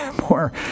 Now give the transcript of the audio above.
more